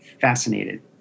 fascinated